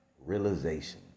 realization